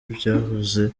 byahoze